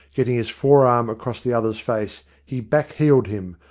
getting his fore-arm across the other's face, he back-heeled him,